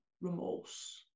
remorse